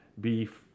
beef